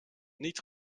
niet